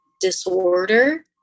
disorder